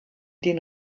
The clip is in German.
den